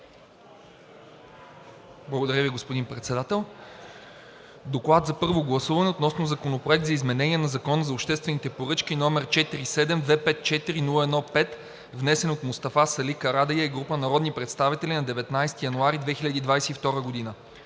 Благодаря Ви, господин Председател. „ДОКЛАД за първо гласуване относно Законопроект за изменение и допълнение на Закона за обществените поръчки, № 47-254-01-5, внесен от Мустафа Сали Карадайъ и група народни представители на 19 януари 2022 г.